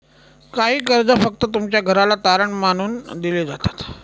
काही कर्ज फक्त तुमच्या घराला तारण मानून दिले जातात